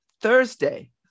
Thursday